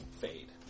fade